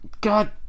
God